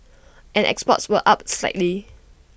and exports were up slightly